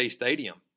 stadium